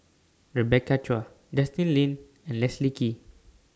Rebecca Chua Justin Lean and Leslie Kee